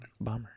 bummer